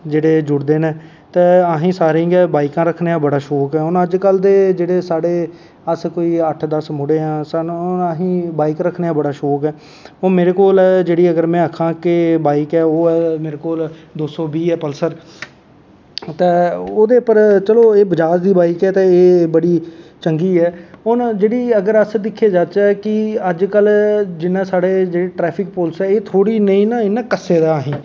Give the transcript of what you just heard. जुड़दे नै ते असें सारें गी बाईकां रक्खने दा बड़ा शौंक ऐ हून अज्ज कल दे जेह्ड़े साढ़े अस कोई अट्ठ दस्स मुड़े आं असोेंगी बाईक रक्खने दा बड़ा शौंक ऐ मेरे कोल बाईक ऐ में आक्कां ओह् ऐ मेरे कोल दो सौ बीह् ऐ पलसर ते ओेह्दे उप्पर चलो बजाज दी बाईक ऐ ते एह्दे उप्पर चंगी ऐ जेह्की हून दिक्खेआ जंचै कि जेह्ड़े ट्रैफिक पुलस ऐ इनैं ना थोह्ड़ा कस्से दा ऐ असेंगी